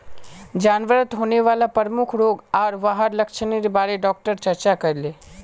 जानवरत होने वाला प्रमुख रोग आर वहार लक्षनेर बारे डॉक्टर चर्चा करले